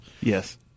Yes